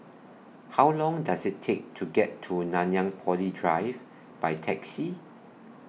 How Long Does IT Take to get to Nanyang Poly Drive By Taxi